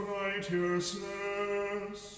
righteousness